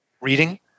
reading